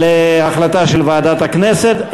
להחלטה של ועדת הכנסת,